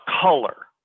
color